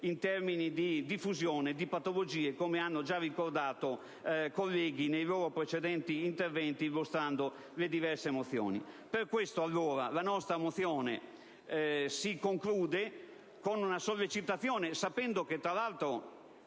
in termini di diffusione di patologie, come hanno già ricordato altri colleghi nei loro interventi, illustrando le diverse mozioni. Per tali ragioni, la nostra mozione si conclude con una sollecitazione, sapendo che il Governo